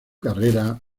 carrera